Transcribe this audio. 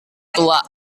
tua